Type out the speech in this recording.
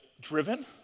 driven